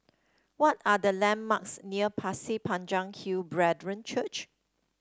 what are the landmarks near Pasir Panjang Hill Brethren Church